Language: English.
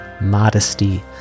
modesty